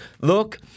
look